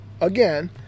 again